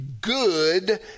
good